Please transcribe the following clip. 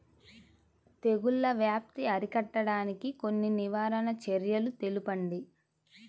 తెగుళ్ల వ్యాప్తి అరికట్టడానికి కొన్ని నివారణ చర్యలు తెలుపండి?